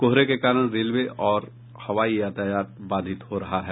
कोहरे के कारण रेलवे और हवाई यातायात बाधित हो रहा है